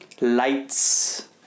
Lights